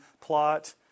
plot